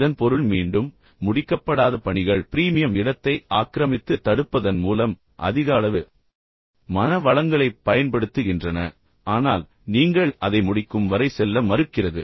இதன் பொருள் மீண்டும் முடிக்கப்படாத பணிகள் பிரீமியம் இடத்தை ஆக்கிரமித்து தடுப்பதன் மூலம் அதிக அளவு மன வளங்களைப் பயன்படுத்துகின்றன ஆனால் நீங்கள் அதை முடிக்கும் வரை செல்ல மறுக்கிறது